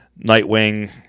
Nightwing